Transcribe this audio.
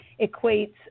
equates